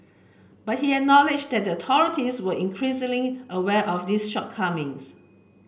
but he acknowledged that authorities were increasingly aware of these shortcomings